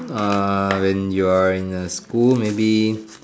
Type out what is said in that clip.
uh when you're in a school maybe